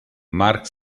marc